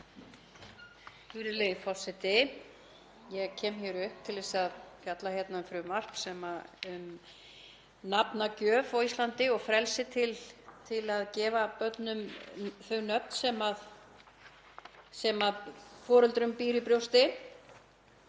Virðulegi forseti. Ég kem hér upp til þess að fjalla um frumvarp um nafnagjöf á Íslandi og frelsi til að gefa börnum þau nöfn sem foreldrum býr í brjósti.